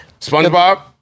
SpongeBob